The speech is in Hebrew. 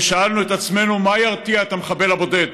ושאלנו את עצמנו מה ירתיע את המחבל הבודד